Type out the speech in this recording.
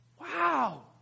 Wow